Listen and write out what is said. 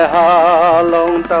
ah aa